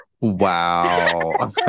Wow